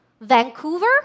Vancouver